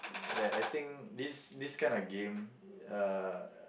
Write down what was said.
that I think this this kind of game uh